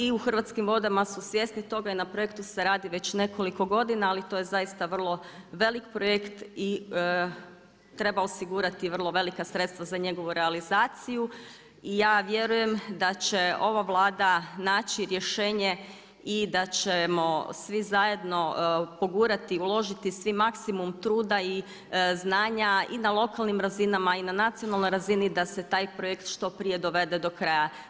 I u Hrvatskim vodama su svjesni toga i na projektu se radi već nekoliko godina, ali to je zaista vrlo velik projekt i treba osigurati vrlo velika sredstva za njegovu realizaciju i ja vjerujem da će ova Vlada naći rješenje i da ćemo svi zajedno pogurati, uložiti svi maksimum truda i znanja i na lokalnim razinama i na nacionalnoj razini da se taj projekt što prije dovede do kraja.